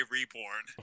Reborn